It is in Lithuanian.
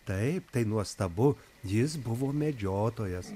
taip tai nuostabu jis buvo medžiotojas